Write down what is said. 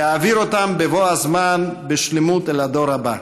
להעביר אותם בבוא הזמן בשלמות אל הדור הבא.